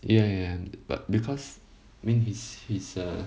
ya ya ya and but because I mean he's he's a